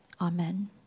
Amen